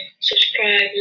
subscribe